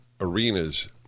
arenas